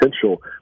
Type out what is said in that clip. potential